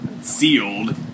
sealed